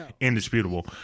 Indisputable